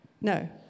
No